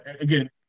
again